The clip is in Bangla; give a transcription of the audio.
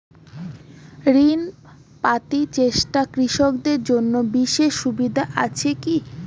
ঋণ পাতি চেষ্টা কৃষকদের জন্য বিশেষ সুবিধা আছি কি?